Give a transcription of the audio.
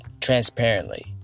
transparently